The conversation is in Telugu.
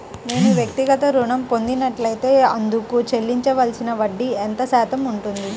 నేను వ్యక్తిగత ఋణం పొందినట్లైతే అందుకు చెల్లించవలసిన వడ్డీ ఎంత శాతం ఉంటుంది?